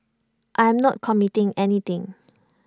I am not committing anything